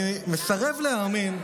אני מסרב להאמין.